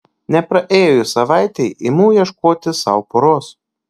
nepraėjus savaitei imu ieškoti sau poros